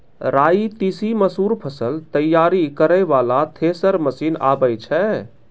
राई तीसी मसूर फसल तैयारी करै वाला थेसर मसीन आबै छै?